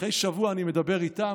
אחרי שבוע אני מדבר איתה,